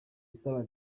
asaba